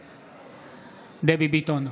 נגד דבי ביטון,